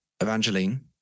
Evangeline